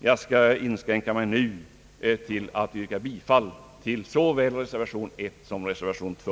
Jag inskränker mig till att yrka bifall till såväl reservation 1 som reservation 2.